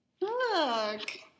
Look